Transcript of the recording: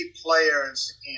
players